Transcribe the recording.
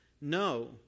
no